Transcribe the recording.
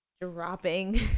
dropping